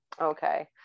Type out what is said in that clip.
Okay